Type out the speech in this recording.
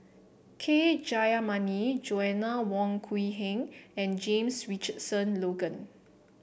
K Jayamani Joanna Wong Quee Heng and James Richardson Logan